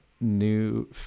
new